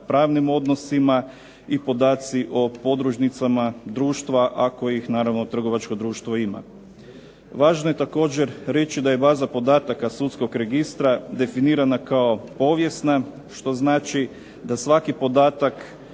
pravnim odnosima i podaci o podružnicama društva ako ih naravno trgovačko društvo ima. Važno je također reći da je baza podataka sudskog registra definirana kao povijesna, što znači da svaki podatak